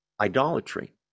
idolatry